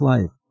Life